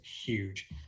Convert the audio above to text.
huge